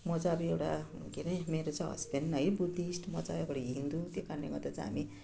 म चाहिँ अब एउटा के अरे मेरो चाहिँ हस्बेन्ड है बुद्धिस्ट म चाहिँ अब हिन्दू त्यही कारणले गर्दा चाहिँ हामी